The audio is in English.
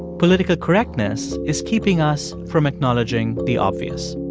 political correctness is keeping us from acknowledging the obvious.